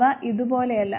അവ ഇത് പോലെയല്ല